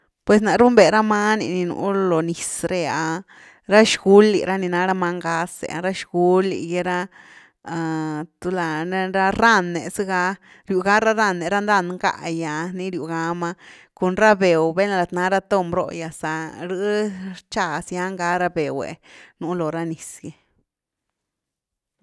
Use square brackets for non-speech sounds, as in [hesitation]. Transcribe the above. Pues ná runbe ra many ni nu lo niz re’ah ra xguly ra ni ná ra many gaz’e ah, ra xguly’gy ra [hesitation] tulá, ne ra ran’e zëga, ryw ga ra ran’e ra ran ngá’gy ah, ní ryw gama, cun ra bew vel lat na ra tom róhgyas ah rh rcha zian ga ra bew’w nu lo ra niz gy.